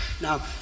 Now